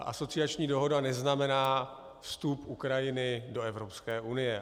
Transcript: Asociační dohoda neznamená vstup Ukrajiny do Evropské unie.